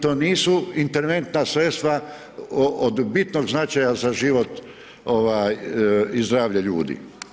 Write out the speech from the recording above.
To, to nisu interventna sredstva od bitnog značaja za život, ovaj i zdravlje ljudi.